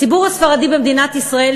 הציבור הספרדי במדינת ישראל,